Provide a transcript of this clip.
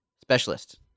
Specialist